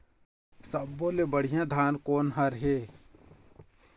सब्बो ले बढ़िया धान कोन हर हे?